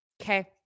okay